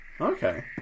Okay